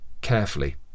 carefully